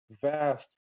vast